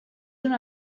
una